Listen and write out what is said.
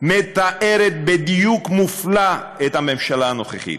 מתארת בדיוק מופלא את הממשלה הנוכחית.